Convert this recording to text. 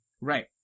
Right